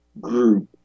group